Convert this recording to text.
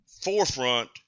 forefront